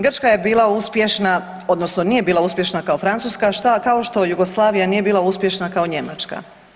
Grčka je bila uspješna odnosno nije bila uspješna kao Francuska kao što Jugoslavija nije bila uspješna kao Njemačka.